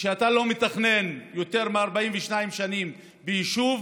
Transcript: כשאתה לא מתכנן יותר מ-42 שנים ביישוב,